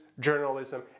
journalism